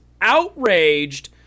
outraged